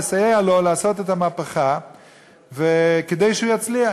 לסייע לו לעשות את המהפכה וכדי שהוא יצליח.